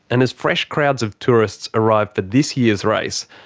and as fresh crowds of tourists arrive for this year's race.